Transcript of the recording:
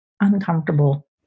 uncomfortable